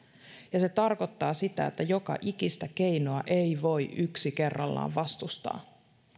se tarkoittaa sitä että joka ikistä keinoa ei voi yksi kerrallaan vastustaa